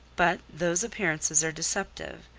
but those appearances are deceptive,